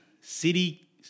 city